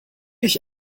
ich